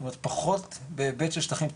זאת אומרת פחות בהיבט של שטחים פתוחים,